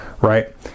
right